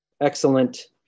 excellent